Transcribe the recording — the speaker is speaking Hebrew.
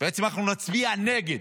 בעצם אנחנו נצביע נגד,